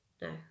No